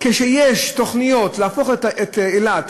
כשיש תוכניות להפוך את אילת,